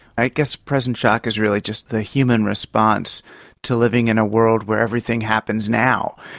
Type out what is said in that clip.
i guess present shock is really just the human response to living in a world where everything happens now.